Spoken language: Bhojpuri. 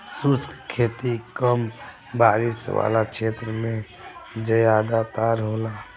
शुष्क खेती कम बारिश वाला क्षेत्र में ज़्यादातर होला